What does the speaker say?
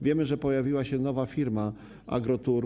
Wiemy, że pojawiła się nowa firma - Agro TUW.